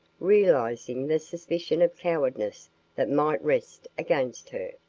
realizing the suspicion of cowardice that might rest against her.